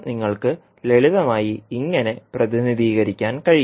നിങ്ങൾക്ക് ലളിതമായി ഇങ്ങനെ പ്രതിനിധീകരിക്കാൻ കഴിയും